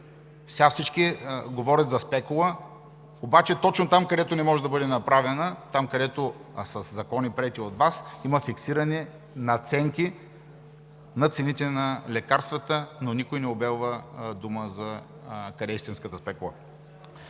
Сега всички говорят за спекула, обаче точно там, където не може да бъде направена – там, където от Вас със закон ѝ пречи. Има фиксирани надценки на цените на лекарствата. Но никой не обелва и дума къде е истинската спекула.